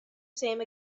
same